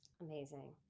Amazing